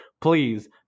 Please